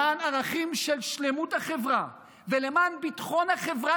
למען ערכים של שלמות החברה ולמען ביטחון החברה